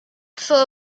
przy